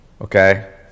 okay